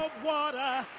water.